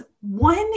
one